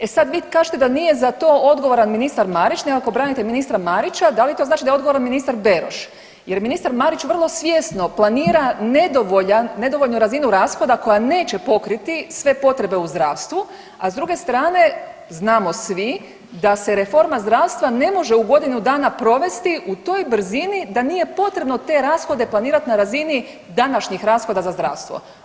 E sad vi kažete da nije za to odgovoran ministar Marić, nego ako branite ministra Marića, da li to znači da je odgovoran ministar Beroš jer ministar Marić vrlo svjesno planira nedovoljnu razinu rashoda koja neće pokriti sve potrebe u zdravstvu, a s druge strane znamo svi da se reforma zdravstva ne može u godinu dana provesti u toj brzini da nije potrebno te rashode planirat na razini današnjih rashoda za zdravstvo.